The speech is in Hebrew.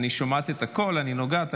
אני שומעת את הקול ואני נוגעת,